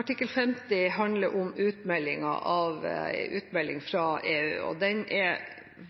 Artikkel 50 handler om utmelding av EU, og den er